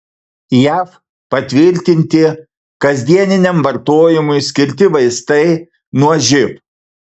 jav patvirtinti kasdieniniam vartojimui skirti vaistai nuo živ